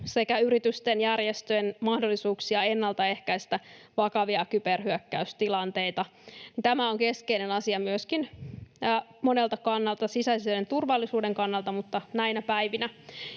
sekä yritysten, järjestöjen mahdollisuuksia ennalta ehkäistä vakavia kyberhyökkäystilanteita. Tämä on keskeinen asia myöskin monelta kannalta, sisäisen turvallisuuden kannalta mutta näinä päivinä.